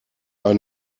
ein